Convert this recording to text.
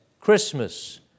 Christmas